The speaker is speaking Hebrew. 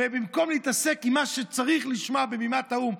ובמקום להתעסק עם מה שצריך לשמוע בבימת האו"ם,